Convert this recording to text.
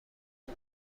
بده